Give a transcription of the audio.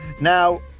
Now